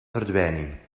verdwijning